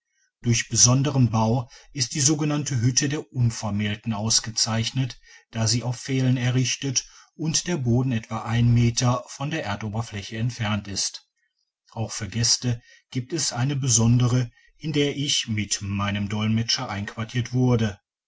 durch besonderen bau ist die sogenannte hütte der unvermählten ausgezeichnet da sie auf pfählen errichtet und der boden etwa ein meter von der erdoberfläche entfernt ist auch für gäste gibt es eine bedorf horsia hütte für gäste sondere in der ich mit meinem dolmetscher einquartiert wurde